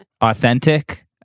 authentic